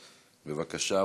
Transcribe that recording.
בבקשה,